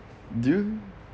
do you